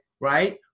right